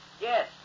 Yes